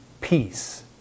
peace